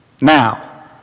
Now